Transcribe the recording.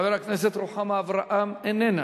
חבר הכנסת רוני בר-און, איננו.